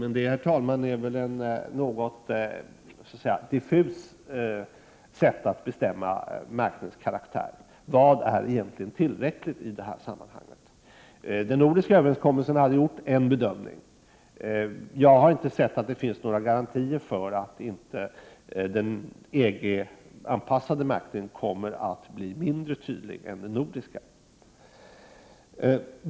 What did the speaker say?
Men, herr talman, det är väl ett något diffust sätt att bestämma märkningens karaktär. Vad är egentligen tillräckligt i detta sammanhang? Den nordiska överenskommelsen innebar en bedömning. Jag har inte sett att det finns några garantier för att den EG-anpassade märkningen inte kommer att bli mindre tydlig än den nordiska.